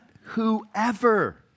whoever